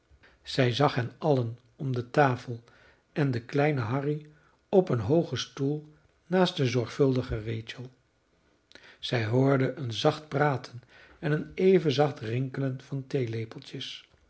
zij zag hen allen om de tafel en den kleinen harry op een hoogen stoel naast de zorgvuldige rachel zij hoorde een zacht praten en een even zacht rinkelen van